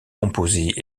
composés